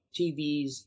TVs